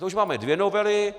To už máme dvě novely.